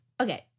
okay